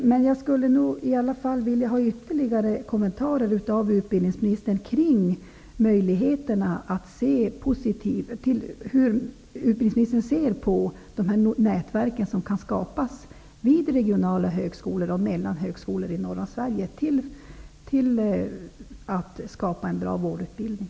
Jag skulle vilja ha ytterligare kommentarer från utbildningsministern kring hur han ser på de nätverk som kan skapas vid regionala högskolor och mellan högskolor i norra Sverige för att främja en bra vårdutbildning.